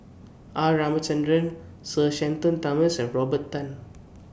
R Ramachandran Sir Shenton Thomas and Robert Tan